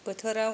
बोथोराव